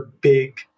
big